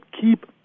keep